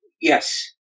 Yes